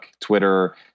Twitter